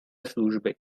služby